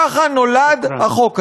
ככה נולד החוק הזה.